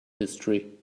history